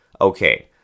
Okay